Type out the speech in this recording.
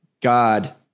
God